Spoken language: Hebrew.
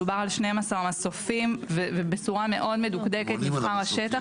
מדובר על 12 מסופים ובצורה מאוד מדוקדקת נבחר השטח,